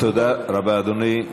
תודה רבה, אדוני.